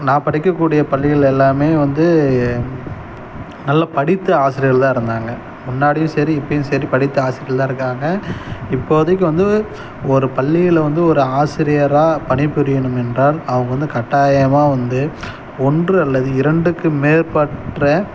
நான் படிக்கக்கூடிய பள்ளிகள் எல்லாமே வந்து நல்ல படித்த ஆசிரியர்கள் தான் இருந்தாங்க முன்னாடியும் சரி இப்போயும் சரி படித்த ஆசிரியர்கள் தான் இருக்காங்க இப்போதைக்கு வந்து ஒரு பள்ளியில் வந்து ஒரு ஆசிரியராக பணிபுரியணும் என்றால் அவங்க வந்து கட்டாயமாக வந்து ஒன்று அல்லது இரண்டுக்கு மேற்பட்ட